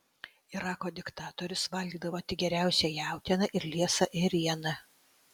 irako diktatorius valgydavo tik geriausią jautieną ir liesą ėrieną